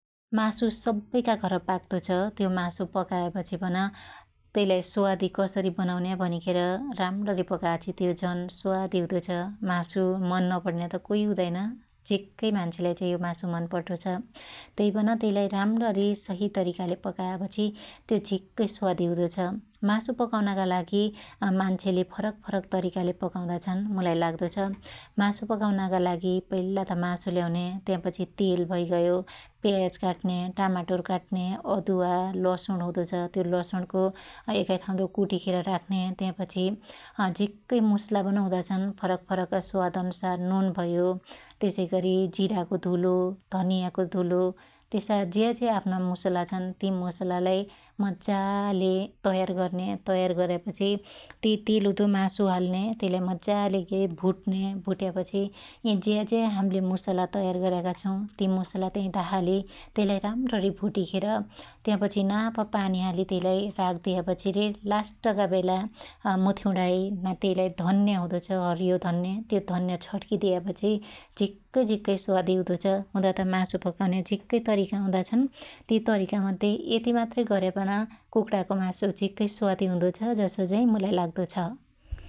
मासु सब्बैका घर पाक्तो छ । त्यो मासु पकायापछि पन त्यइलाई स्वादी कसरी बनाउन्या भनिखेर राम्ण्णी पकाछी त्यो झन स्वादी हुदो छ । मासु मन नपण्न्या त काई हुदाइन झिक्कै मान्छेलाई चाइ यो मासु मन पड्डो छ । तयइ पन त्यइलाई राम्ण्णी सहि तरीकाले पकायापछी त्यो झिक्कै स्वादी हुदो छ । मासु पकाउनाका लागि अमान्छेले फरक फरक तरीकाले पकाउदा छन् मुलाई लाग्दो छ । मासु पकाउनका लागि पईल्ला त मासु ल्याउन्या, त्यापछी तेल भैगयो, प्याज काट्न्या, टामाटोर काट्न्या, अदुवा ,लसुण हुदो छ त्यो लसुणको एकाई ठाँउदो काटिखेर राख्न्या त्यापछी झिक्कै मुसला पन हुदा छन् । फरक फरक स्वाद अनुसार नुन भयो त्यसैगरी जिराको धुलो, धनियाको धुलो त्यसा ज्या ज्या आफ्ना मुसला छन ति मुसलालाई मज्जाले तयार गर्ने तयार गरेपछि त्यइ तेलउदो मासु हाल्न्या त्यइलाई मज्जाले गे भुट्न्या भुट्यापछी यि ज्या ज्या हाम्ले मुसला तयार गर्याका छौ ति मुसला त्याईदा हाली त्यइलाई राम्री भुटीखेर त्यापछी नाप पानी हालि त्यइलाई राख्दीयापछि रे लास्टका बेला अमुथीउणाइ त्यइलाई धन्या हुदो छ हरीयो धन्या त्यो धन्या छण्कीदियापछि झिक्कै झीक्कै स्वादी हुदो छ । हुदा त मासु पकाउन्या झिक्कै तरीका हुदा छन् ति तरीका मध्ये यति मात्रै गर्यापन कुकणाको मासु झिक्कै स्वादी हुदो छ जसो चाहि मुलाई लाग्दो छ ।